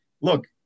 Look